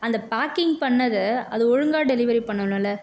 அந்த பேக்கிங் பண்ணதை அது ஒழுங்காக டெலிவரி பண்ணணுமில்ல